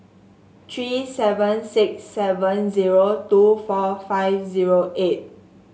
three seven six seven zero two four five zero eight